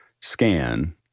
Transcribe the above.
scan